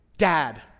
dad